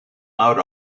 out